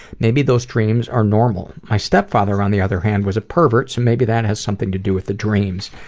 maybe those dreams are normal. my stepfather, on the other hand, was a pervert, so maybe that has something to do with the dreams.